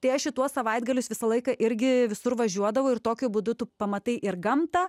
tai aš šituos savaitgalius visą laiką irgi visur važiuodavau ir tokiu būdu tu pamatai ir gamtą